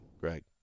Greg